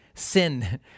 Sin